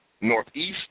northeast